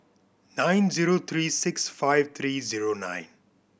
nine zero three six five three zero nine